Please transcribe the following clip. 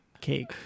cake